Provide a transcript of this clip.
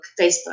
Facebook